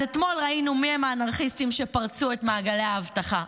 אז אתמול ראינו מיהם האנרכיסטים שפרצו את כל מעגלי האבטחה.